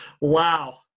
Wow